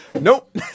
Nope